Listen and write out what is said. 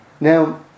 Now